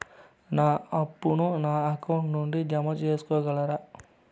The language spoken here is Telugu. నా అప్పును నా అకౌంట్ నుండి జామ సేసుకోగలరా?